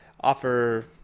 offer